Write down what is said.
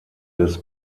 des